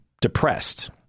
depressed